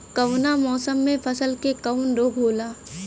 कवना मौसम मे फसल के कवन रोग होला?